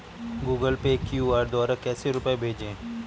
Google Pay QR द्वारा कैसे रूपए भेजें?